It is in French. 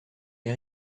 les